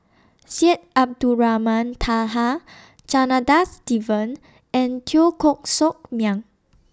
Syed Abdulrahman Taha Janadas Devan and Teo Koh Sock Miang